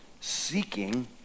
Seeking